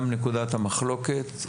גם נקודת המחלוקת.